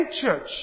church